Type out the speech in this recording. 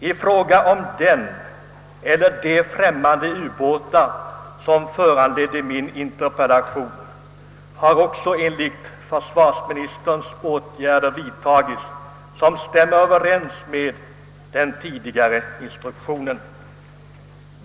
I fråga om den eller de främmande ubåtar som föranledde min interpellation har också enligt försvarsministern vidtagits åtgärder som stämmer överens med tidigare instruktioner.